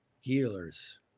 Healers